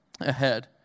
ahead